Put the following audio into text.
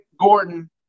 Gordon